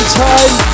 time